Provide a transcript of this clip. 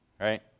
right